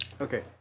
Okay